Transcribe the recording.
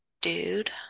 dude